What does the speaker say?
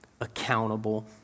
accountable